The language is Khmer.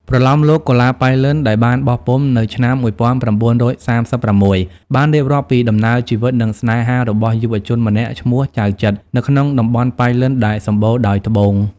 ប្រលោមលោក កុលាបប៉ៃលិន ដែលបានបោះពុម្ពនៅឆ្នាំ ១៩៣៦ បានរៀបរាប់ពីដំណើរជីវិត និងស្នេហារបស់យុវជនម្នាក់ឈ្មោះ ចៅចិត្រ នៅក្នុងតំបន់ប៉ៃលិនដែលសម្បូរដោយត្បូង។